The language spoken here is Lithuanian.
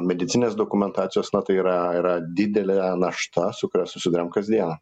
medicinės dokumentacijos na tai yra yra didelė našta su kuria susiduriam kasdieną